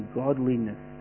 godliness